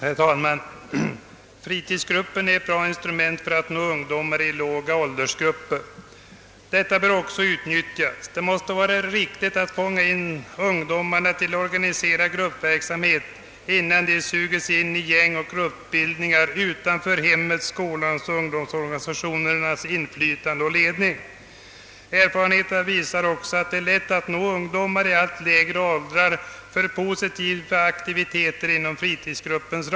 Herr talman! Fritidsgruppen är ett bra instrument för att nå ungdomar i låga åldersgrupper. Detta bör utnyttjas. Det måste vara riktigt att fånga in ungdomarna till organiserad gruppverksamhet, innan de suges in i gäng och gruppbildningar utanför hemmets, skolans och ungdomsorganisationernas inflytande och ledning. Erfarenheterna visar även att det är lätt att nå ungdomar i allt lägre åldrar för positiva aktiviteter inom fritidsgruppens ram.